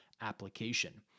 application